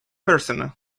person